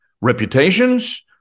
reputations